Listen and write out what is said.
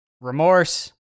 remorse